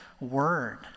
word